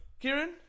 Kieran